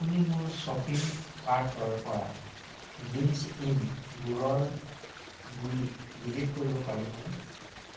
আপুনি মোৰ শ্বপিং কাৰ্টৰ পৰা গ্ৰীণ্জ ইন গুড়ৰ গুড়ি ডিলিট কৰিব পাৰিবনে